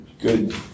good